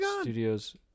Studios